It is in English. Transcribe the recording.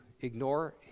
ignore